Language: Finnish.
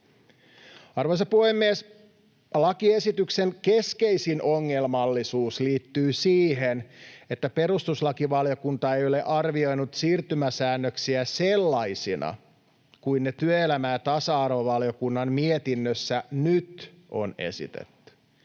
Arvoisa puhemies! Lakiesityksen keskeisin ongelmallisuus liittyy siihen, että perustuslakivaliokunta ei ole arvioinut siirtymäsäännöksiä sellaisina kuin ne työelämä- ja tasa-arvovaliokunnan mietinnössä nyt on esitetty.